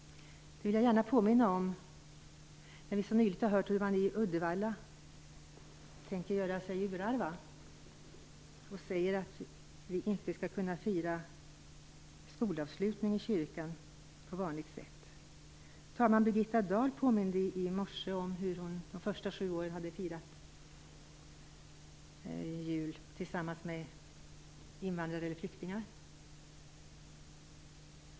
Det vill jag gärna påminna om när vi så nyligen har hört hur man i Uddevalla tänker göra sig urarva och säger att vi inte skall kunna fira skolavslutning i kyrkan på vanligt sätt. Talman Birgitta Dahl påminde i morse om hur hon de första sju åren hade firat jul tillsammans med invandrare eller flyktingar.